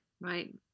right